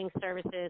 services